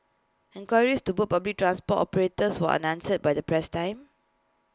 inqueries to put public transport operators were unanswered by the press time